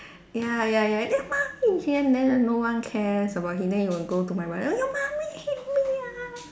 ya ya ya your mummy then then no one cares about him then he will like go my brother your mummy hit me ah